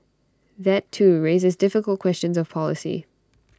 that too raises difficult questions of policy